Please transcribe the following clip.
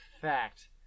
fact